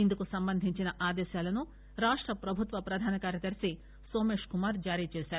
ఇందుకు సంబంధించిన ఆదేశాలను రాష్టప్రభుత్వ ప్రధానకార్యదర్తి నోమేశ్కుమార్ జారీచేశారు